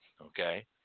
okay